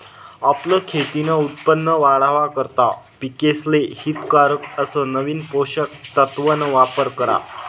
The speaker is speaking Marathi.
आपलं खेतीन उत्पन वाढावा करता पिकेसले हितकारक अस नवीन पोषक तत्वन वापर करा